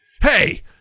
Hey